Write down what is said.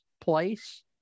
place